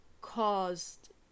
caused